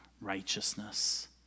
righteousness